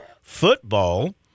football